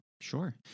Sure